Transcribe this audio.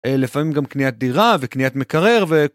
לפעמים גם קניית דירה וקניית מקרר ו...